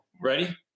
Ready